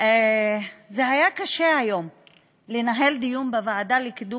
זה היה קשה היום לנהל דיון בוועדה לקידום